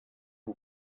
who